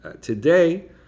today